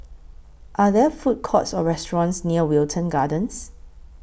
Are There Food Courts Or restaurants near Wilton Gardens